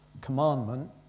Commandment